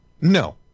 No